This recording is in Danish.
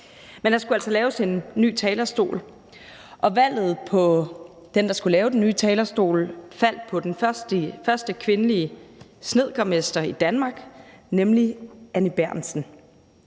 Men der skulle altså laves en ny talerstol, og valget af den, der skulle lave den nye talerstol, faldt på den første kvindelige snedkermester i Danmark, nemlig Anny Berntsen,